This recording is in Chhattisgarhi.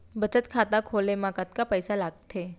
बचत खाता खोले मा कतका पइसा लागथे?